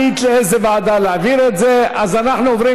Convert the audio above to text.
ולאוטובוסים: הן יכולות להיות שירות מקדים,